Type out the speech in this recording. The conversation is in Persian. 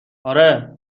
آره